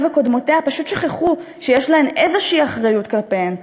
וקודמותיה פשוט שכחו שיש להן איזו אחריות כלפיהן.